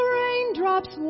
raindrops